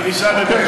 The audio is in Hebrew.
בכניסה לבאר שבע.